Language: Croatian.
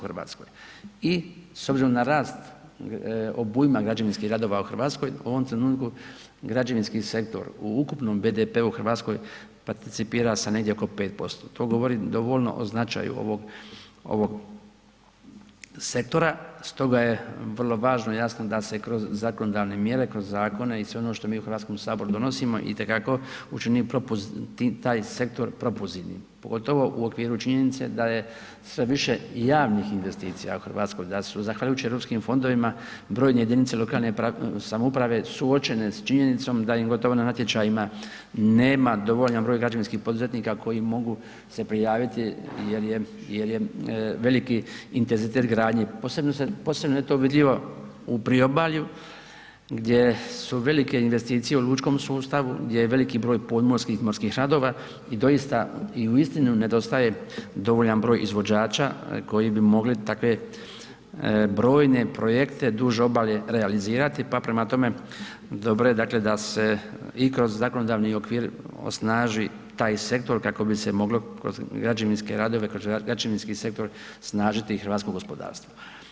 I s obzirom na rast obujma građevinskih radova u RH, u ovom trenutku građevinski sektor u ukupnom BDP-u u RH participira sa negdje oko 5%, to govori dovoljno o značaju ovog, ovog sektora, stoga je vrlo važno i jasno da se kroz zakonodavne mjere, kroz zakone i sve ono što mi u HS donosimo itekako učini propo, taj sektor propozivnim, pogotovo u okviru činjenice da je sve više javnih investicija u RH, da su zahvaljujući Europskim fondovima brojne jedinice lokalne samouprave suočene s činjenicom da im gotovo na natječajima nema dovoljan broj građevinskih poduzetnika koji mogu se prijaviti jer je, jer je veliki intenzitet gradnje, posebno se, posebno je to vidljivo u priobalju gdje su velike investicije u lučkom sustavu, gdje je veliki broj podmorskih, morskih radova i doista i uistinu nedostaje dovoljan broj izvođača koji bi mogli takve brojne projekte duž obale realizirat, pa prema tome dobro je, dakle da se i kroz zakonodavni okvir osnaži taj sektor kako bi se moglo kroz građevinske radove, kroz građevinski sektor snažiti hrvatsko gospodarstvo.